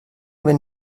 wenn